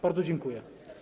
Bardzo dziękuję.